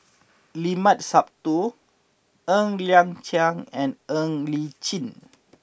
Limat Sabtu Ng Liang Chiang and Ng Li Chin